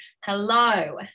hello